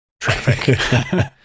traffic